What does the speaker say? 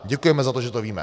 Děkujeme za to, že to víme.